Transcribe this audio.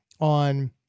on